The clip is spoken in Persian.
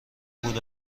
بود